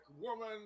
woman